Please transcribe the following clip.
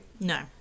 No